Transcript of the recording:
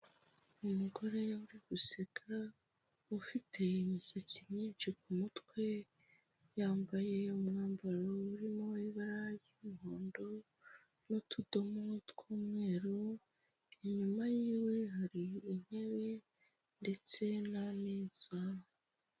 Umugore uri guseka ufite imisatsi myinshi ku mutwe, yambaye umwambaro urimo ibara ry'umuhondo n'utudomo tw'umweru, inyuma y'iwe hari intebe ndetse n'ameza.